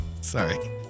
Sorry